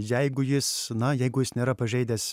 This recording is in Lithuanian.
jeigu jis na jeigu jis nėra pažeidęs